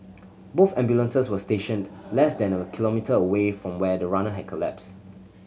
both ambulances were stationed less than a kilometre away from where the runner had collapsed